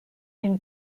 can